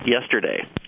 Yesterday